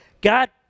God